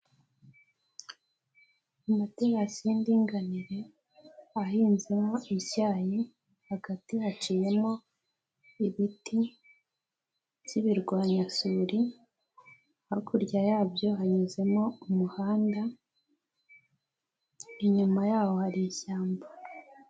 Amaterasi y'indinganire ahinzemo icyayi hagati haciyemo ibiti by'ibirwanyasuri, hakurya yabyo hanyuzemo umuhanda inyuma yaho hari ishyamba.